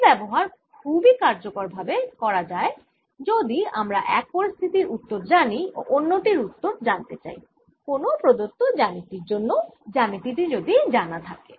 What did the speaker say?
এর ব্যবহার খুব কার্যকরভাবে ভাবে করা যায় যদি আমরা এক পরিস্থিতির উত্তর জানি ও অন্য টির উত্তর জানতে চাই কোনও প্রদত্ত জ্যামিতির জন্য জ্যামিতি টি যদি জানা থাকে